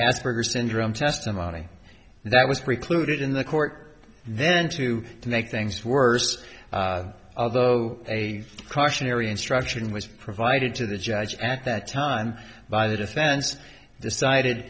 asperger syndrome testimony that was precluded in the court then to make things worse although a cautionary instruction was provided to the judge at that time by the defense decided